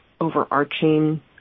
overarching